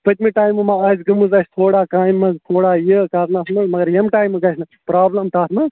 پٔتمہِ ٹایمہٕ ما آسہِ گٔمٕژ اَسہِ تھوڑا کامہِ منٛز تھوڑا یہِ کَرنَس منٛز مگر ییٚمہِ ٹایمہٕ گژھِ نہٕ پرٛابلٕم تَتھ منٛز